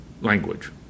language